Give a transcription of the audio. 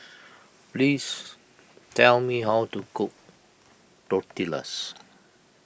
please tell me how to cook Tortillas